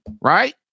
right